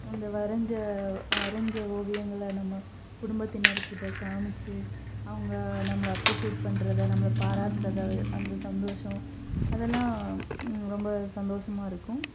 அந்த வரைஞ்ச வரைஞ்ச ஓவியங்களை நம்ம குடும்பத்தினர்கிட்ட காமித்து அவங்க நம்மள அப்ரிசியேட் பண்றதை நம்மள பாராட்டுறதை அந்த சந்தோஷம் அதல்லாம் ரொம்ப சந்தோஷமாருக்கும்